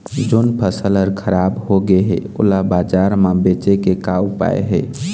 जोन फसल हर खराब हो गे हे, ओला बाजार म बेचे के का ऊपाय हे?